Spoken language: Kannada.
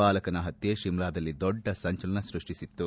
ಬಾಲಕನ ಹತ್ಯೆ ಶಿಮ್ಲಾದಲ್ಲಿ ದೊಡ್ಡ ಸಂಚಲನ ಸೃಷ್ಟಿಸಿತು